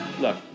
Look